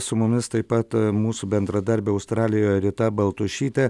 su mumis taip pat mūsų bendradarbė australijoje rita baltušytė